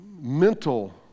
mental